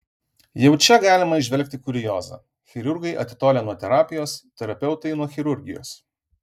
jau čia galima įžvelgti kuriozą chirurgai atitolę nuo terapijos terapeutai nuo chirurgijos